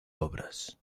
obras